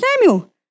Samuel